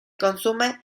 consumen